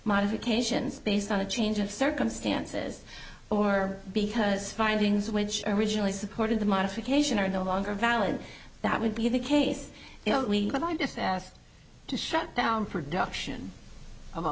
modifications based on a change of circumstances or because findings which originally supported the modification are no longer valid that would be the case but i guess as to shut down